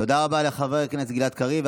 תודה רבה לחבר הכנסת גלעד קריב.